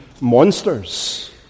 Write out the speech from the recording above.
monsters